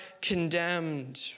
condemned